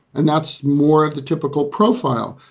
and that's more of the typical profile.